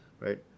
Right